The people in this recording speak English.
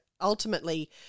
ultimately